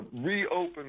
reopen